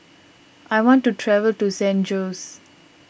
I want to travel to San Jose